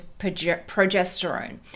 progesterone